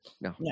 No